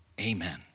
Amen